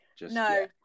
No